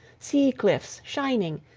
sea-cliffs shining,